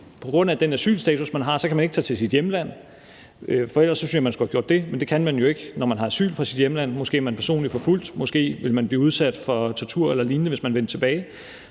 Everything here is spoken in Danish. på grund af den asylstatus, man har, kan man ikke tage til sit hjemland, hvilket jeg ellers synes man skulle have gjort, men det kan man jo ikke, når man har asyl fra sit hjemland – måske er man personligt forfulgt, måske ville man blive udsat for tortur eller lignende, hvis man vendte tilbage.